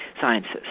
Sciences